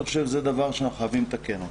אני חושב שזה דבר שאנחנו חייבים לתקן אותו.